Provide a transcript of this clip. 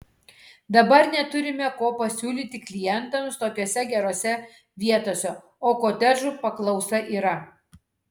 dabar neturime ko pasiūlyti klientams tokiose gerose vietose o kotedžų paklausa yra